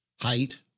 height